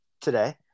Today